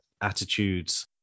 attitudes